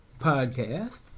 podcast